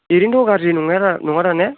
ओरैनोथ' गाज्रि नङाना नङादां ने